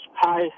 Hi